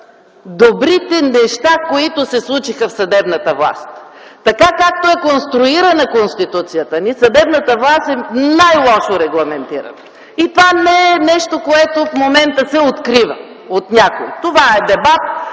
добрите неща, които се случиха в съдебната власт. Така както е конструирана Конституцията ни, съдебната власт е най-лошо регламентирана. Това не е нещо, което в момента се открива от някого. Това е дебат,